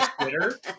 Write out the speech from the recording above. Twitter